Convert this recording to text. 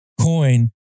coin